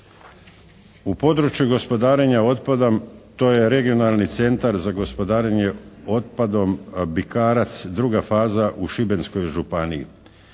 U području gospodarenja otpadom to je Regionalni centar za gospodarenje otpadom Bikarac, druga faza u Šibenskoj županiji.